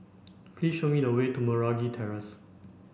please show me the way to Meragi Terrace